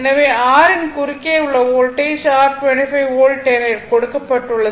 எனவே R யின் குறுக்கே உள்ள வோல்டேஜ் r 25 வோல்ட் என கொடுக்கப்பட்டுள்ளது